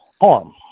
harm